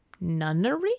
nunnery